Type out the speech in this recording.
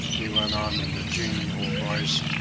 he went on in a genial voice,